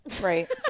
Right